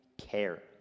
care